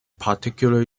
particular